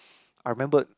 I remember